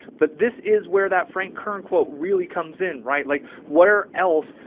but this is where that frank kern quote really comes in. right? like what are else,